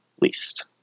least